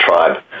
tribe